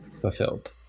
fulfilled